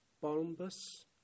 Bombus